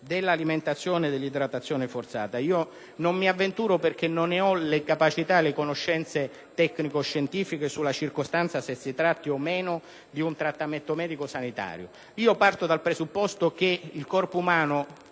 dell'alimentazione e idratazione forzata, non mi avventuro - non ne ho le capacità e le conoscenze tecnico-scientifiche - nella valutazione se si tratta o no di un trattamento medico-sanitario. Io parto dal presupposto che il corpo umano